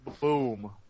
Boom